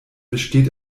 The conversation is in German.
besteht